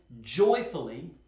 joyfully